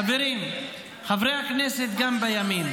חברות הכנסת.